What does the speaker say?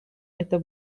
это